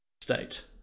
state